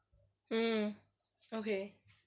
mm okay